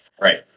Right